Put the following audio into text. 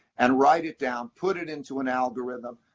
and write it down, put it into an algorithm,